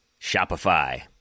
Shopify